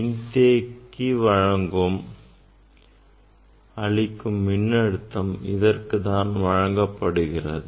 மின் வழங்கி அளிக்கும் மின்னழுத்தம் இதற்கு தான் வழங்கப்படுகிறது